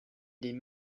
des